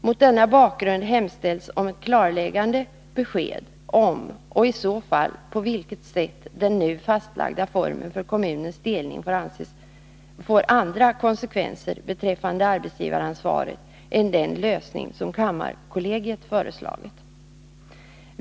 Mot denna bakgrund hemställs om ett klarläggande besked om — och i så fall på vilket sätt — den nu fastlagda formen för kommunens delning får andra konsekvenser beträffande arbetsgivaransvaret än den lösning kammarkollegiet föreslagit.